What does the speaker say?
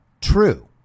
true